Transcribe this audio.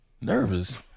Nervous